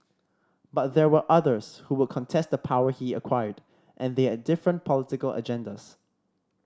but there were others who would contest the power he acquired and they had different political agendas